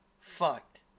fucked